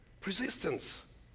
persistence